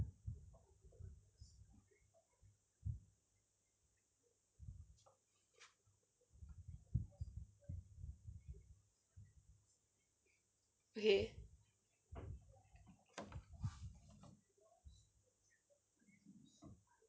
okay